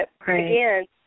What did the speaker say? again